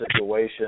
situation